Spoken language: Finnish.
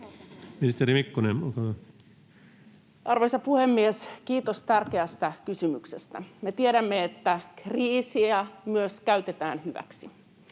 Ministeri Mikkonen, olkaa hyvä. Arvoisa puhemies! Kiitos tärkeästä kysymyksestä. Me tiedämme, että kriisiä myös käytetään hyväksi,